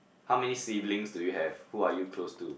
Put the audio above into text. how many siblings do you have who are you close to